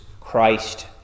Christ